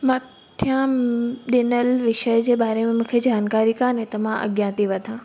मथां ॾिनल विषय जे बारे में मूंखे जानकारी कोन्हे त मां अॻियां थी वधां